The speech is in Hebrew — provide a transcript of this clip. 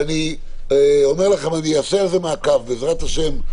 ואני אומר לכם, אני אעשה על זה מעקב בעזרת השם.